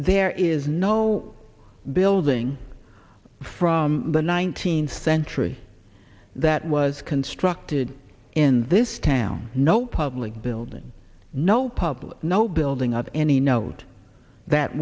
there is no building from the nineteenth century that was constructed in this town no public building no public no building of any note that